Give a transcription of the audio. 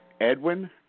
Edwin